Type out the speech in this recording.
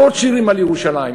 עשרות שירים על ירושלים.